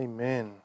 Amen